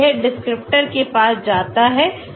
तो यह डिस्क्रिप्टर के पास जाता है